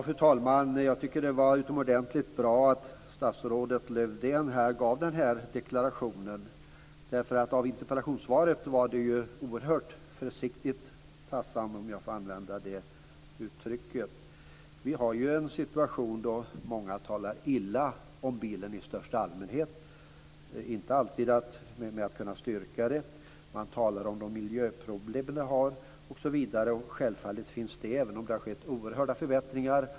Fru talman! Jag tycker att det var utomordentligt bra att statsrådet Lövdén gav den här deklarationen. I interpellationssvaret var det ju ett oerhört försiktigt tassande, om jag får använda det uttrycket. Vi har ju en situation där många talar illa om bilen i största allmänhet - och man kan inte alltid styrka det man säger. Man talar om de miljöproblem som finns. Och självklart finns dessa problem även om det har skett oerhörda förbättringar.